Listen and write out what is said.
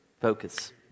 Focus